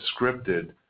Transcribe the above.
scripted